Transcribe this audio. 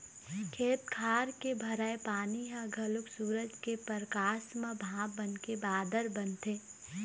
खेत खार के भराए पानी ह घलोक सूरज के परकास म भाप बनके बादर बनथे